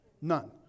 None